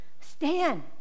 stand